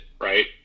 right